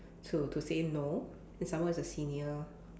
to to say no and some more it's a senior